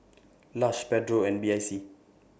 Lush Pedro and B I C